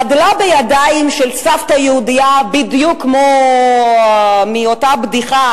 גדלה בידיים של סבתא יהודייה בדיוק כמו באותה בדיחה,